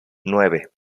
nueve